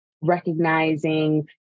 recognizing